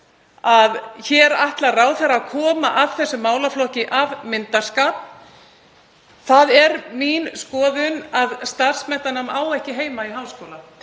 að hér ætlar ráðherra að koma að þessum málaflokki af myndarskap. Það er mín skoðun að starfsmenntanám eigi ekki heima í háskóla